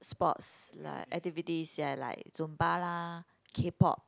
sports like activities ya like Zumba lah K-Pop